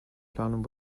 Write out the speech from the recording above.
planung